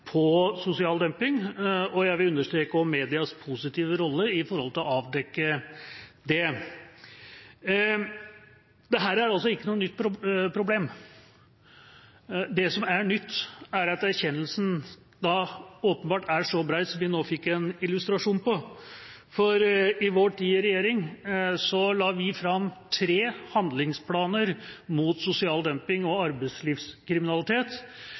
på sosial dumping, og jeg vil også understreke medias positive rolle med å avdekke det. Dette er ikke noe nytt problem. Det som er nytt, er at erkjennelsen åpenbart er så brei som vi nå fikk en illustrasjon på. I vår tid i regjering la vi fram tre handlingsplaner mot sosial dumping og arbeidslivskriminalitet,